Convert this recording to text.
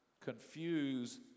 confuse